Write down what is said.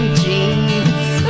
jeans